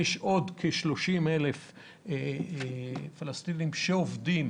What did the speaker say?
יש עוד כ-30,000 פלסטינים שעובדים